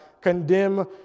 condemn